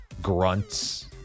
grunts